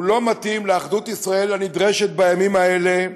הוא לא מתאים לאחדות ישראל, הנדרשת בימים האלה,